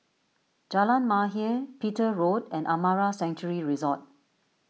Jalan Mahir Petir Road and Amara Sanctuary Resort